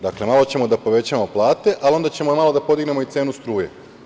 Dakle, malo ćemo da povećamo plate, ali onda ćemo malo da podignemo i cenu struje.